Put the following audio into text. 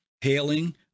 hailing